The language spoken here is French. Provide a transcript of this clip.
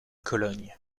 cologne